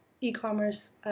e-commerce